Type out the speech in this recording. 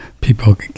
people